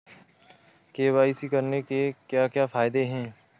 KYC करने के क्या क्या फायदे हैं?